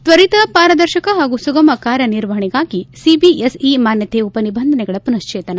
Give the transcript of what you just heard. ತ್ವರಿತ ಪಾರದರ್ಶಕ ಹಾಗೂ ಸುಗಮ ಕಾರ್ಯನಿರ್ವಹಣೆಗಾಗಿ ಸಿಬಿಎಸ್ಇ ಮಾನ್ಗತೆಯ ಉಪನಿಬಂಧನೆಗಳ ಪುನಃಶ್ಲೇತನ